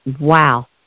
Wow